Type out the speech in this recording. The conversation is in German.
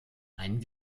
einen